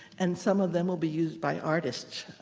and some of them will be used by artists,